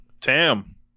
Tam